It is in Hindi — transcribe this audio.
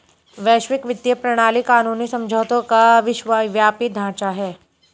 वैश्विक वित्तीय प्रणाली कानूनी समझौतों का विश्वव्यापी ढांचा है